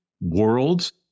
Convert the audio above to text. worlds